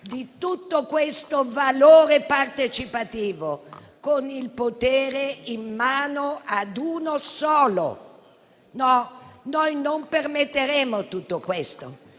tutto questo valore partecipativo, con il potere in mano a uno solo? No, noi non permetteremo tutto questo